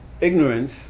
ignorance